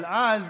מה?